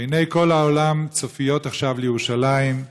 עיני כל העולם צופיות עכשיו לירושלים.